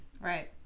Right